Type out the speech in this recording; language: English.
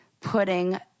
putting